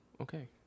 Okay